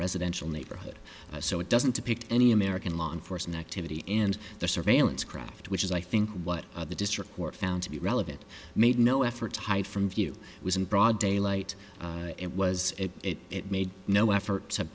residential neighborhood so it doesn't depict any american law enforcement activity and the surveillance craft which is i think what the district court found to be relevant made no effort to hide from view was in broad daylight it was it made no effort to